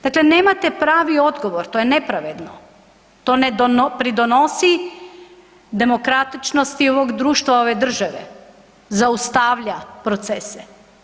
Dakle, nemate pravi odgovor, to je nepravedno to ne pridonosi demokratičnosti ovog društva ove države, zaustavlja procese.